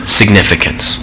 significance